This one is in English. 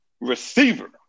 receiver